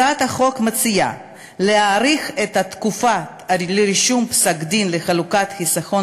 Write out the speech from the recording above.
הצעת החוק מציעה להאריך את התקופה לרישום פסק-דין לחלוקת חיסכון